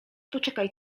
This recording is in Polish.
poczekaj